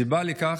הסיבה לכך,